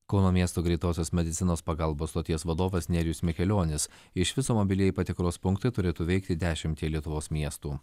kauno miesto greitosios medicinos pagalbos stoties vadovas nerijus mikelionis iš viso mobilieji patikros punktai turėtų veikti dešimtyje lietuvos miestų